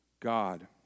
God